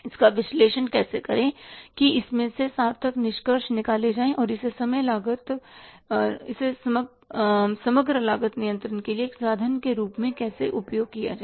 इसका विश्लेषण कैसे करें कि इसमें से सार्थक निष्कर्ष निकाले जाएं और इसे समग्र लागत नियंत्रण के लिए एक साधन के रूप में कैसे उपयोग किया जाए